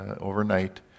overnight